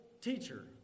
teacher